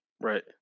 Right